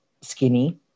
skinny